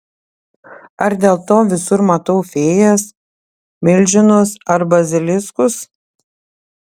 ar dėl to visur matau fėjas milžinus ar baziliskus